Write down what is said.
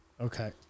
Okay